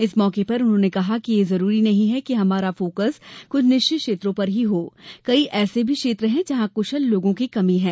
इस मौके पर उन्होंने कहा कि यह जरूरी नहीं है कि हमारा फोकस कुछ निश्चित क्षेत्र पर ही हो कई ऐसे भी क्षेत्र है जहां कृशल लोगों की कमी है